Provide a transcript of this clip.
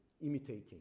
imitating